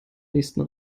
nächsten